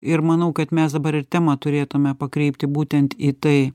ir manau kad mes dabar ir temą turėtume pakreipti būtent į tai